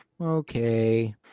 Okay